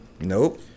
nope